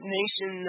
nation